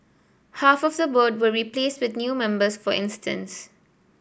half of the board were replaced with new members for instance